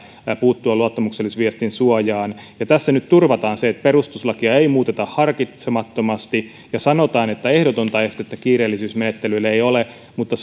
puuttua luottamuksellisen viestin suojaan tässä nyt turvataan se että perustuslakia ei muuteta harkitsemattomasti ja kun sanotaan että ehdotonta estettä kiireellisyysmenettelylle ei ole mutta